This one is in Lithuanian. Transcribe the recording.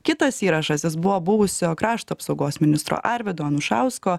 kitas įrašas jis buvo buvusio krašto apsaugos ministro arvydo anušausko